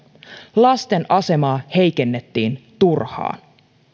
lasten asemaa heikennettiin turhaan